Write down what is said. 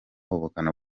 ubukana